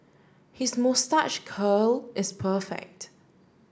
his moustache curl is perfect